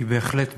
היא בהחלט במקומה.